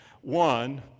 One